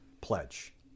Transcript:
Pledge